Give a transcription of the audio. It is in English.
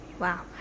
Wow